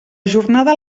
jornada